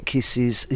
Kisses